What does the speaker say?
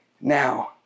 now